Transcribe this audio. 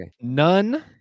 None